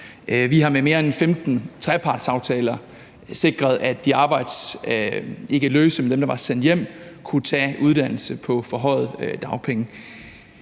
vi har med mere end 15 trepartsaftaler sikret, at dem, der var sendt hjem, kunne tage en uddannelse på forhøjede dagpenge.